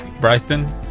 Bryson